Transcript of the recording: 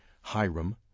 Hiram